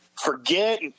forget